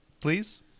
Please